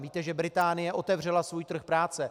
Víte, že Británie otevřela svůj trh práce.